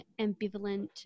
ambivalent